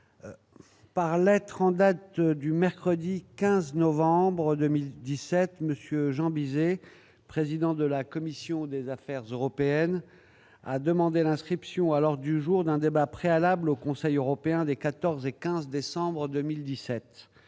Par lettre en date du mercredi 15 novembre 2017 Monsieur monsieur Jean Bizet, président de la commission des affaires européennes a demandé l'inscription alors du jour d'un débat préalable au conseil européen des 14 et 15 décembre 2017